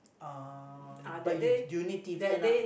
uh but you do you need t_v or not